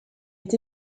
est